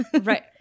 right